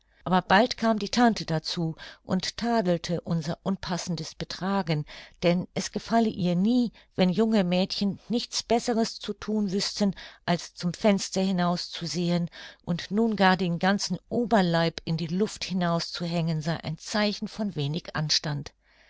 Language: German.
aber bald kam die tante dazu und tadelte unser unpassendes betragen denn es gefalle ihr nie wenn junge mädchen nichts besseres zu thun wüßten als zum fenster hinaus zu sehen und nun gar den ganzen oberleib in die luft hinaus zu hängen sei ein zeichen von wenig anstand